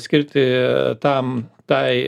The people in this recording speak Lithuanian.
skirti tam tai